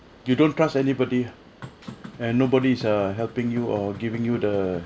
you don't trust anybody and nobody's err helping you or giving you the